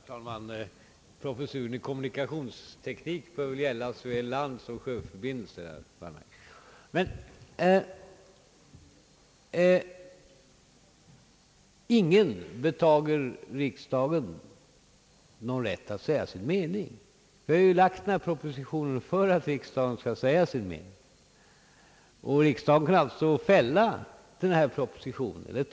Herr talman! Professuren i kommunikationsteknik bör gälla såväl landsom sjöförbindelser, herr Wallmark. Ingen betager riksdagen rätten att säga sin mening. Vi har framlagt denna proposition just för att riksdagen skall få säga sin mening. Den kan således fälla eller ta propositionen.